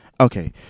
Okay